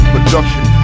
Production